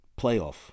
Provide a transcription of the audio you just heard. playoff